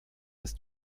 ist